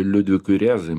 liudvikui rėzai